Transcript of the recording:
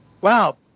wow